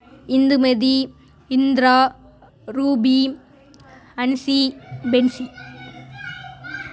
Indumathi Indira Ruby Hansi Bency